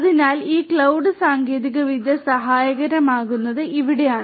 അതിനാൽ ഈ ക്ലൌഡ് സാങ്കേതികവിദ്യ സഹായകരമാകുന്നത് ഇവിടെയാണ്